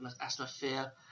atmosphere